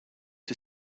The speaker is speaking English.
are